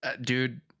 dude